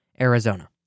Arizona